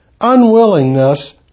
unwillingness